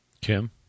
Kim